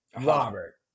Robert